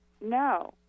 No